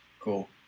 Cool